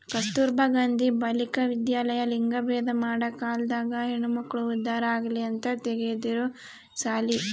ಕಸ್ತುರ್ಭ ಗಾಂಧಿ ಬಾಲಿಕ ವಿದ್ಯಾಲಯ ಲಿಂಗಭೇದ ಮಾಡ ಕಾಲ್ದಾಗ ಹೆಣ್ಮಕ್ಳು ಉದ್ದಾರ ಆಗಲಿ ಅಂತ ತೆಗ್ದಿರೊ ಸಾಲಿ